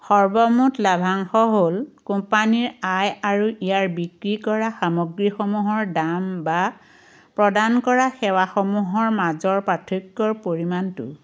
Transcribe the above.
সৰ্বমুঠ লাভাংশ হ'ল কোম্পানীৰ আয় আৰু ইয়াৰ বিক্ৰী কৰা সামগ্ৰীসমূহৰ দাম বা প্ৰদান কৰা সেৱাসমূহৰ মাজৰ পাৰ্থক্যৰ পৰিমাণটো